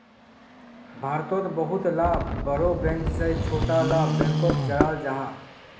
भारतोत बहुत ला बोड़ो बैंक से छोटो ला बैंकोक जोड़ाल जाहा